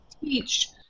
teach